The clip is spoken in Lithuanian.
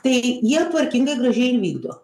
tai jie tvarkingai gražiai ir vykdo